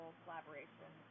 collaboration